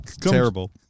terrible